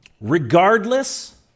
Regardless